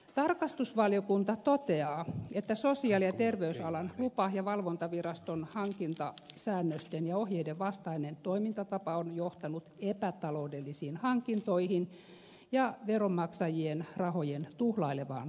tarkastusvaliokunta toteaa että sosiaali ja terveysalan lupa ja valvontaviraston hankintasäännösten ja ohjeiden vastainen toimintatapa on johtanut epätaloudellisiin hankintoihin ja veronmaksajien rahojen tuhlailevaan käyttöön